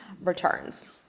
returns